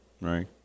right